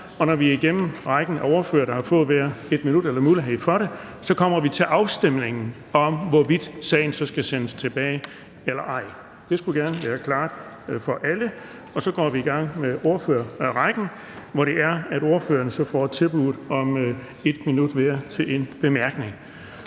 og når vi er igennem rækken af ordførere, der har fået hver 1 minut eller mulighed for det, så kommer vi til afstemningen om, hvorvidt sagen så skal sendes tilbage til udvalget eller ej. Det skulle gerne være klart for alle nu. Så går vi i gang med ordførerrækken, hvor ordførerne hver har mulighed for 1 minut til en bemærkning.